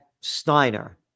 Steiner